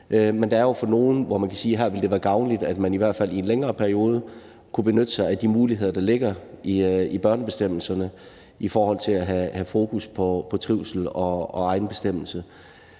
Men der er jo nogle, hvorom man kan sige, at her ville det være gavnligt, at man i hvert fald i en længere periode kunne benytte sig af de muligheder, der ligger i børnebestemmelserne i forhold til at have fokus på trivsel og egenbestemmelse.